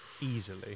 Easily